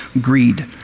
greed